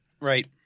Right